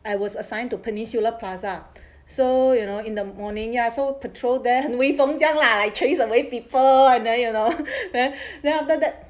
I was assigned to peninsula plaza so you know in the morning ya so patrol there 威风这样 lah chase away people I know you know there then after that